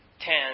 ten